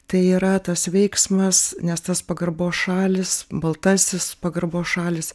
tai yra tas veiksmas nes tas pagarbos šalys baltasis pagarbos šalys